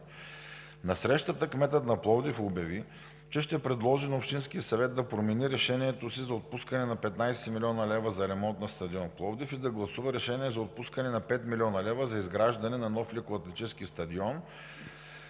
На срещата кметът на Пловдив обяви, че ще предложи на Общинския съвет да промени решението си за отпускане на 15 млн. лв. за ремонт на стадион „Пловдив“ и да гласува решение за отпускане на 5 млн. лв. за изграждане на нов лекоатлетически стадион